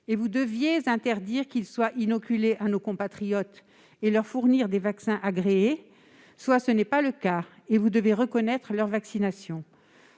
et vous deviez alors interdire qu'ils soient inoculés à nos compatriotes et leur fournir des vaccins agréés, soit ce n'est pas le cas, et vous devez reconnaître leur vaccination.